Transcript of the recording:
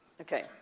Okay